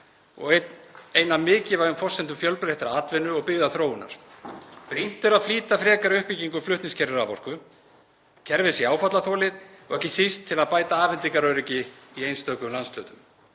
og ein af mikilvægum forsendum fjölbreyttrar atvinnu- og byggðaþróunar. Brýnt er að flýta frekari uppbyggingu flutningskerfis raforku, að kerfið sé áfallaþolið, ekki síst til að bæta afhendingaröryggi í einstökum landshlutum.